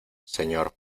señor